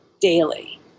daily